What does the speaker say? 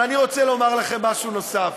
אבל אני רוצה לומר לכם משהו נוסף.